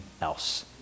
else